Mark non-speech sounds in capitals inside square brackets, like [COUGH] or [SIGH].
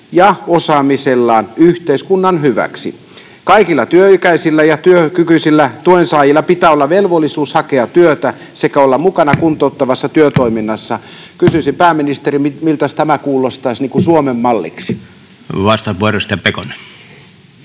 ja osaamisellaan yhteiskunnan hyväksi. Kaikilla työikäisillä ja työkykyisillä tuensaajilla pitää olla velvollisuus hakea työtä sekä olla mukana kuntouttavassa [NOISE] työtoiminnassa. Kysyisin pääministeriltä: miltä tämä kuulostaisi Suomen malliksi? Arvoisa herra puhemies!